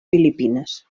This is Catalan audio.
filipines